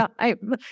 time